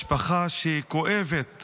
משפחה שכואבת